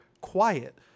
quiet